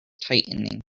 tightening